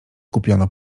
kupiono